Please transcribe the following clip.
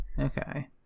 Okay